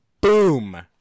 Boom